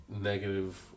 negative